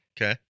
Okay